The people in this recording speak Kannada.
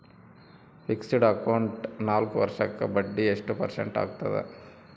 ಫಿಕ್ಸೆಡ್ ಅಕೌಂಟ್ ನಾಲ್ಕು ವರ್ಷಕ್ಕ ಬಡ್ಡಿ ಎಷ್ಟು ಪರ್ಸೆಂಟ್ ಆಗ್ತದ?